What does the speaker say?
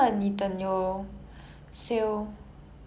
ya